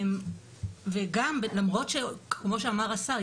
וגם למרות שכמו שאמר השר,